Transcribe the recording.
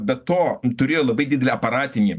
be to jin turėjo labai didelį aparatinį